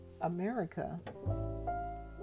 America